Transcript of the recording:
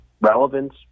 relevance